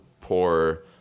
poor